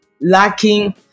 lacking